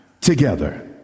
together